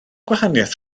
gwahaniaeth